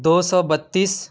دو سو بتیس